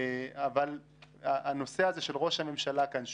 אבל הנושא הזה של ראש הממשלה כאן,